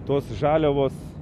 tos žaliavos